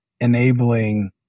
enabling